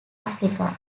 africa